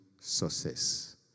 success